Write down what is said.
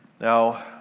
Now